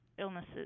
illnesses